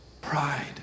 Pride